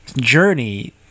journey